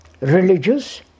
religious